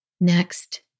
next